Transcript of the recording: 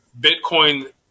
Bitcoin